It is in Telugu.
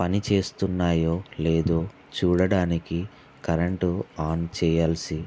పని చేస్తున్నాయో లేదో చూడటానికి కరెంట్ ఆన్ చేయాల్సి